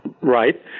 Right